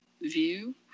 view